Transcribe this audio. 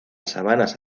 sabanas